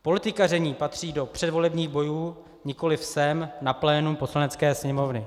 Politikaření patří do předvolebních bojů, nikoliv sem na plénum Poslanecké sněmovny.